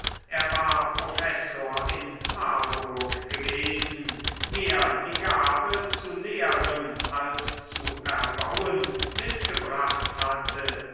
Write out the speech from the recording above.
er war professor in marburg gewesen mehr die gabe zu lehren als zu erbauen mitgebracht hatte